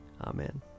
Amen